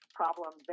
problem